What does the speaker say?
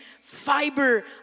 fiber